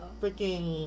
freaking